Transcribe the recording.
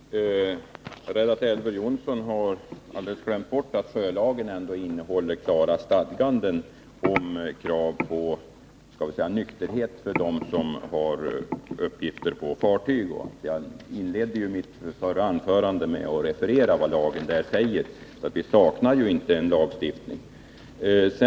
Herr talman! Jag är rädd att Elver Jonsson alldeles har glömt bort att sjölagen innehåller klara stadganden om krav på nykterhet för dem som har uppgifter på fartyg. Jag inledde ju mitt förra anförande med att referera vad lagen säger om detta. Vi saknar alltså inte en lagstiftning.